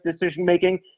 decision-making